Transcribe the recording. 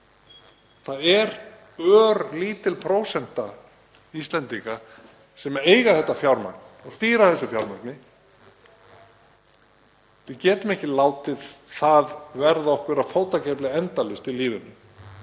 Það er örlítil prósenta Íslendinga sem á þetta fjármagn og stýrir þessu fjármagni. Við getum ekki látið það verða okkur að fótakefli endalaust í lífinu,